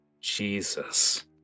Jesus